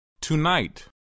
Tonight